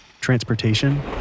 Transportation